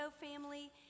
family